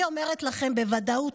אני אומרת לכם בוודאות,